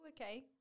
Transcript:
Okay